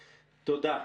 תודה.